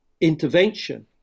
intervention